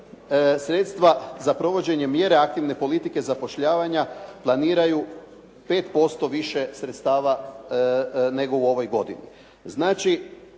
sredstva za provođenje mjera aktivne politike zapošljavanja planiraju 5% više sredstava nego u ovoj godini.